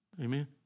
Amen